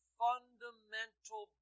fundamental